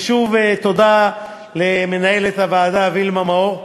ושוב, תודה למנהלת הוועדה וילמה מאור,